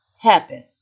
happen